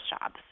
shops